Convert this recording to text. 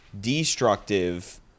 Destructive